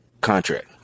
contract